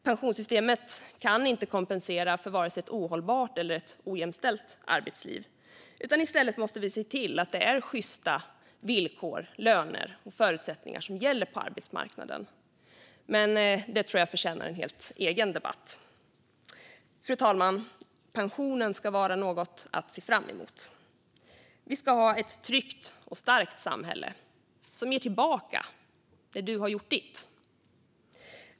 Pensionssystemet kan inte kompensera för vare sig ett ohållbart eller ojämställt arbetsliv. I stället måste vi se till att det är sjysta villkor, löner och förutsättningar som gäller på arbetsmarknaden, men det tror jag förtjänar en helt egen debatt. Fru talman! Pensionen ska vara något att se fram emot. Vi ska ha ett tryggt och starkt samhälle som ger tillbaka när du har gjort ditt.